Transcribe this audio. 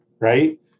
right